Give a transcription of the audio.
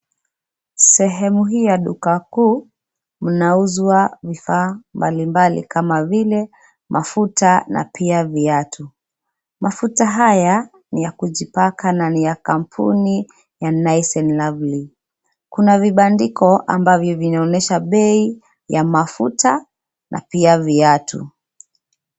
Sehemu hii ya duka kuu mnauzwa vifaa mbali mbali kama vile mafuta na pia viatu. Mafuta haya ni ya kujipaka na ni ya kampuni ya Nice and Lovely. Kuna vibandiko ambavyo vinaonyesha bei ya mafuta na pia viatu.